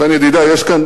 לכן, ידידי, יש כאן